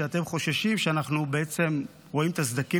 שאתם חוששים שאנחנו בעצם רואים את הסדקים